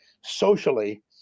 socially